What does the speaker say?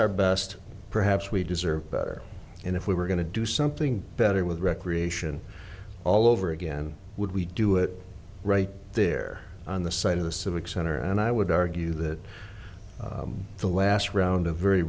our best perhaps we deserve better and if we were going to do something better with recreation all over again would we do it right there on the site of the civic center and i would argue that the last round of very